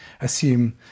assume